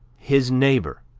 his neighbor,